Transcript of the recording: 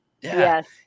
yes